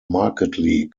markedly